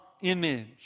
image